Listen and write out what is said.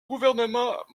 gouvernement